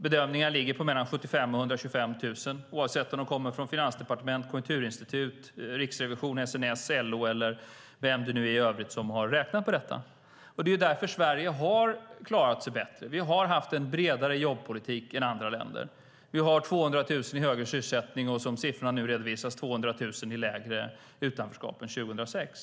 Bedömningarna ligger på 75 000-125 000, oavsett om bedömningarna kommer från Finansdepartementet, Konjunkturinstitutet, Riksrevisionen, SNS, LO eller vem det i övrigt är som räknat på detta. Det är därför Sverige har klarat sig bättre. Vi har haft en bredare jobbpolitik än andra länder. Vi har en med 200 000 högre sysselsättning och, som siffrorna nu redovisar, 200 000 färre i utanförskap än år 2006.